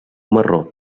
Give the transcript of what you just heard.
marró